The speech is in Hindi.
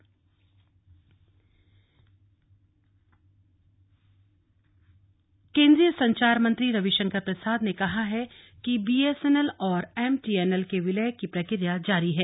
बीएसएनएल एमटीएनएल केन्द्रीय संचार मंत्री रविशंकर प्रसाद ने कहा है कि बीएसएनएल और एमटीएनएल के विलय की प्रक्रिया जारी है